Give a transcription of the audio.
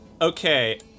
okay